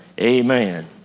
Amen